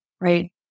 right